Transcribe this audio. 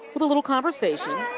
a little conversation,